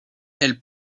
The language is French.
elle